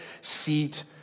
seat